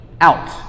out